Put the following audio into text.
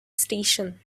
station